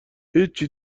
هیچی